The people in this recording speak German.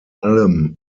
allem